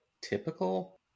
typical